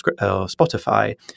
Spotify